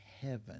heaven